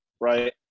right